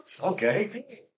Okay